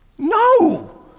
No